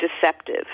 deceptive